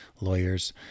lawyers